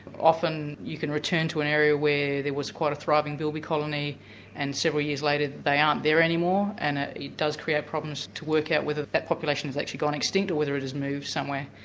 often you can return to an area where there was quite a thriving bilby colony and several years later they aren't there anymore, and ah it does create problems to work out whether that population has actually gone extinct or whether it has moved somewhere.